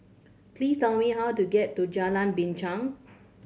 please tell me how to get to Jalan Binchang